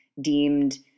deemed